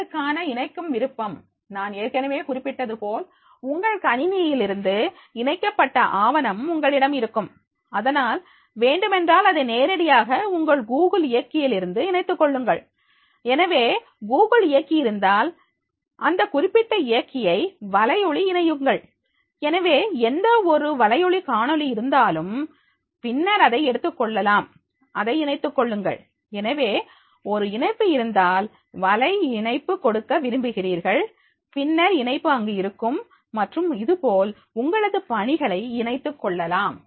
பணிகளுக்கான இணைக்கும் விருப்பம் நான் ஏற்கனவே குறிப்பிட்டது போல் உங்கள் கணினியிலிருந்து இணைக்கப்பட்ட ஆவணம் உங்களிடம் இருக்கும் அதனால் வேண்டுமென்றால் அதை நேரடியாக உங்கள் கூகுள் இயக்கியிலிருந்து இணைத்துக்கொள்ளுங்கள் எனவே கூகுள் இயக்கியிருந்தால் அந்தக் குறிப்பிட்ட இயக்கியை வலையொளி இணையுங்கள் எனவே எந்த ஒரு வளையொலி காணொளி இருந்தாலும் பின்னர் அதை எடுத்துக் கொள்ளலாம் அதை இணைத்துக் கொள்ளுங்கள் எனவே ஒரு இணைப்பு இருந்தால் வலை இணைப்பு கொடுக்க விரும்புகிறீர்கள் பின்னர் இணைப்பு அங்கு இருக்கும் மற்றும் இது போல் உங்களது பணிகளை இணைத்துக் கொள்ளலாம்